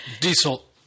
Diesel